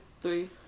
three